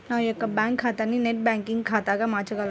నా యొక్క బ్యాంకు ఖాతాని నెట్ బ్యాంకింగ్ ఖాతాగా మార్చగలరా?